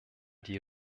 die